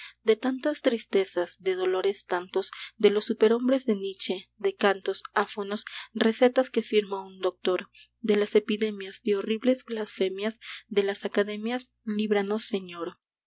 de tantas tristezas de dolores tantos de los superhombres de nietzsche de cantos áfonos recetas que firma un doctor de las epidemias de horribles blasfemias de las academias líbranos señor